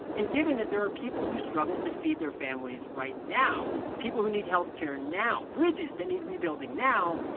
and given that there are people who struggle to feed their families right now, people who need health care now, bridges that need rebuilding now,